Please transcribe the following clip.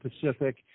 Pacific